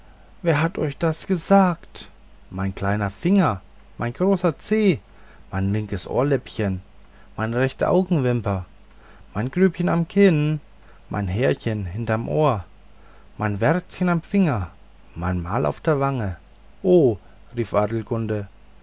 wer hat euch das gesagt mein kleiner finger mein großer zeh mein linkes ohrläppchen meine rechte augenwimper mein grübchen am kinn mein härchen hinterm ohr mein wärzchen am finger mein mal auf der wange oh rief